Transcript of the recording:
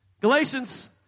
Galatians